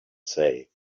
say